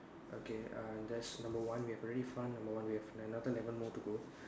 okay err thats number one we have already found number one we have another eleven more to go